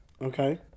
Okay